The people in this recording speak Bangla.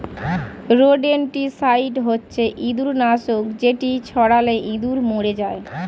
রোডেনটিসাইড হচ্ছে ইঁদুর নাশক যেটি ছড়ালে ইঁদুর মরে যায়